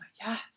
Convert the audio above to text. yes